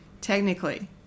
technically